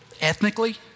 ethnically